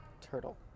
Turtle